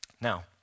Now